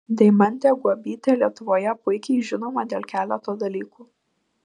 deimantė guobytė lietuvoje puikiai žinoma dėl keleto dalykų